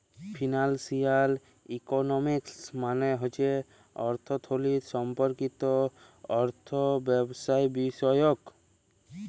financial economics মালে হছে অথ্থলিতি সম্পর্কিত অথ্থব্যবস্থাবিষয়ক